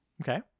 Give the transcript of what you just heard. Okay